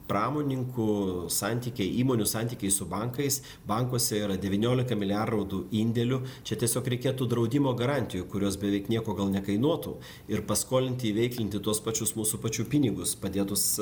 pramonininkų santykiai įmonių santykiai su bankais bankuose yra devyniolika milijardų indėlių čia tiesiog reikėtų draudimo garantijų kurios beveik nieko nekainuotų ir paskolinti įveiklinti tuos pačius mūsų pačių pinigus padėtus